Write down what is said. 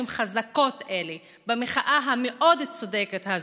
חזקות אלה במחאה המאוד-צודקת הזאת.